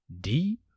Deep